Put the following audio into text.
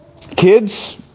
Kids